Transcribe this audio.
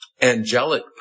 Angelic